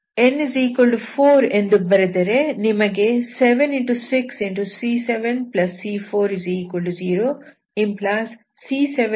n4 ಎಂದು ಬರೆದರೆ ನಿಮಗೆ 7